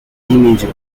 major